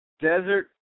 desert